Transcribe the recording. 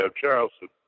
Charleston